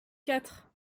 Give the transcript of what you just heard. quatre